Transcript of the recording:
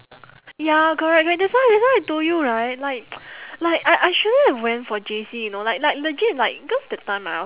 ya correct correct that's why that's why I told you right like like I I shouldn't have went for J_C you know like like legit like cause that time I